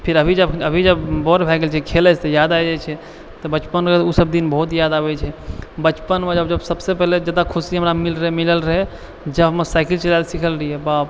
फिर अभी जब अभी जब बड़ भए गेल छियै खेलयसँ याद आबि जाइ छै तऽ बचपनके उसब दिन बहुत याद आबय छै बचपनमे जब जब सबसँ पहिले जादा खुशी हमरा मिल रहय मिलल रहय जब हम साइकिल चलाय लए सिखल रहियइ बाप